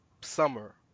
summer